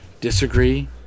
disagree